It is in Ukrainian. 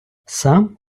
сам